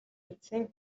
үзсэн